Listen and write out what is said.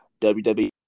wwe